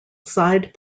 side